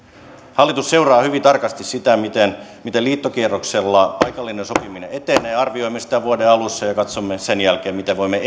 hallitus seuraa hyvin tarkasti sitä miten miten liittokierroksella paikallinen sopiminen etenee arvioimme sitä vuoden alussa ja katsomme sen jälkeen miten voimme